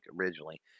originally